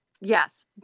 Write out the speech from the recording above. yes